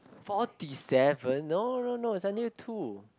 forty seven no no no is only two